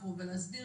המקרו ולהסביר